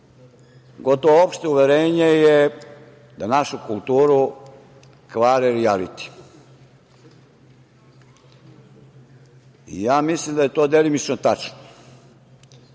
gotovo opšte uverenje je da našu kulturu kvare rijalitiji. Mislim da je to delimično tačno,